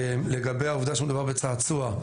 לגבי העובדה שמדובר בצעצוע,